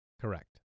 Correct